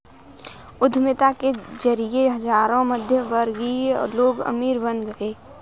उद्यमिता के जरिए हजारों मध्यमवर्गीय लोग अमीर बन गए